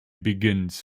begins